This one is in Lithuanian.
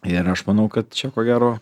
ir aš manau kad čia ko gero